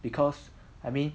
because I mean